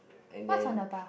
and then